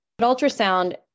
Ultrasound